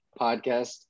podcast